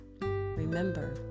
Remember